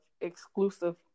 exclusive